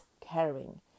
caring